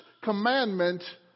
commandment